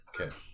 Okay